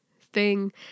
thing-